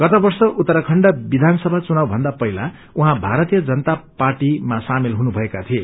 गत वर्ष उत्तराख्यण्ड विधान सभा चुनाव भन्दा पहिला उहाँ भारतीय जनता पार्टीमा सामेल हुनु भएका थिए